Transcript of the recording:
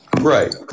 Right